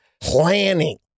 planning